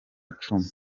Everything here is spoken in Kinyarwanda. icumu